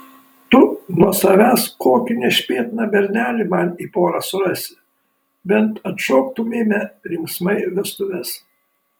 tu nuo savęs kokį nešpėtną bernelį man į porą surasi bent atšoktumėme linksmai vestuves